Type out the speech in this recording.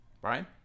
Brian